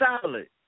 solid